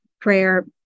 prayer